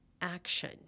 action